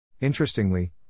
Interestingly